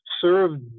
served